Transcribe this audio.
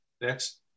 Next